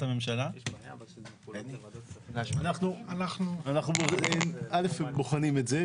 אנחנו בוחנים את זה,